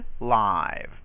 live